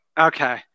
Okay